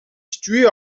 située